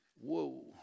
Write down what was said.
Whoa